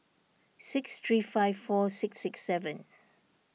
six three five five four six six seven